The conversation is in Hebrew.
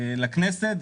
לכנסת,